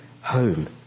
home